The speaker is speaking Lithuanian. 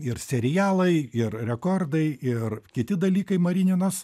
ir serialai ir rekordai ir kiti dalykai marininos